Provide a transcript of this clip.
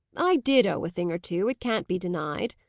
i did owe a thing or two, it can't be denied,